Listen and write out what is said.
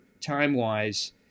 time-wise